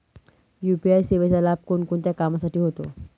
UPI सेवेचा लाभ कोणकोणत्या कामासाठी होतो?